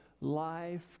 life